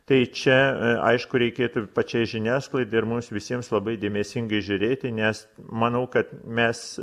tai čia aišku reikėtų pačiai žiniasklaidai ir mums visiems labai dėmesingai žiūrėti nes manau kad mes